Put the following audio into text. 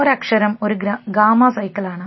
ഒരക്ഷരം ഒരു ഗാമ സൈക്കിളാണ്